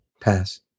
pass